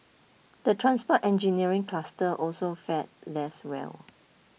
the transport engineering cluster also fared less well